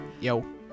Yo